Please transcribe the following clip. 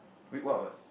wait what what